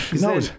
No